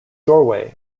doorway